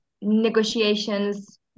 negotiations